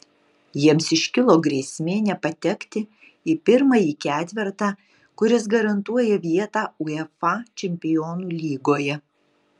jiems iškilo grėsmė nepatekti į pirmąjį ketvertą kuris garantuoja vietą uefa čempionų lygoje